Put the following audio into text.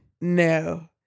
no